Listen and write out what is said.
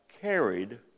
carried